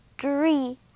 three